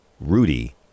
Rudy